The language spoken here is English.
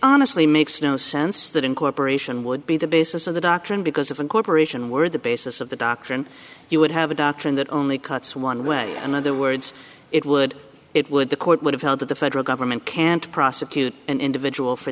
honestly makes no sense that incorporation would be the basis of the doctrine because if a corporation were the basis of the doctrine you would have a doctrine that only cuts one way and other words it would it would the court would have held that the federal government can't prosecute an individual for